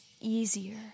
easier